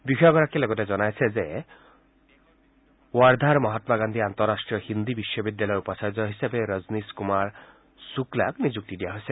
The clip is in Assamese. বিষয়াগৰাকীয়ে লগতে জনাই যে ওৱাৰ্ধাৰ মহাম্মা গান্ধী আন্তৰাষ্ট্ৰীয় হিন্দী বিশ্বিদ্যালয়ৰ উপাচাৰ্য হিচাপে ৰজনীস কুমাৰ ছুকলাক নিযুক্তি দিয়া হৈছে